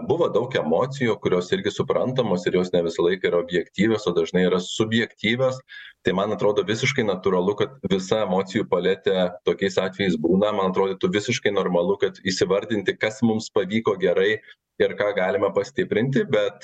buvo daug emocijų kurios irgi suprantamos ir jos ne visą laiką yra objektyvios o dažnai yra subjektyvios tai man atrodo visiškai natūralu kad visa emocijų paletė tokiais atvejais būna man atrodytų visiškai normalu kad įsivardinti kas mums pavyko gerai ir ką galima pastiprinti bet